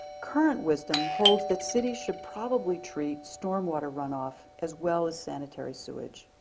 current wisdom holds that cities should probably treat storm water runoff as well as sanitary sewage.